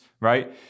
right